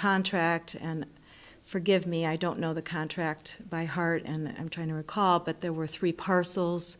contract and forgive me i don't know the contract by heart and i'm trying to recall but there were three parcels